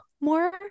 more